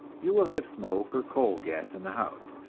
you will have smoke or coal-gas in the house,